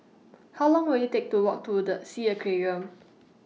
How Long Will IT Take to Walk to The S E A Aquarium